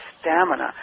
stamina